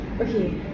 Okay